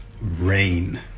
rain